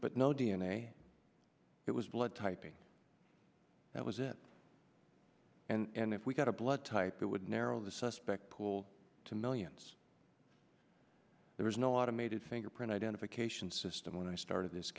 but no d n a it was blood typing that was it and if we got a blood type that would narrow the suspect pool to millions there was no automated fingerprint identification system when i started this